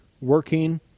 working